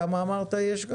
כמה אמרת שיש לך?